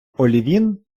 олівін